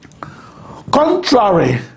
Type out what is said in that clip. Contrary